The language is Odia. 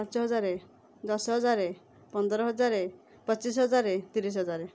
ପାଞ୍ଚ ହଜାର ଦଶ ହଜାର ପନ୍ଦର ହଜାର ପଚିଶି ହଜାର ତିରିଶ ହଜାର